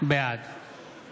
בעד